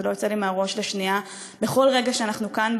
זה לא יוצא לי מהראש לשנייה בכל רגע שאנחנו כאן.